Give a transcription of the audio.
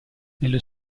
nello